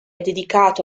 dedicato